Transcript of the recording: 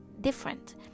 different